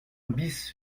bis